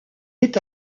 est